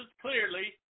clearly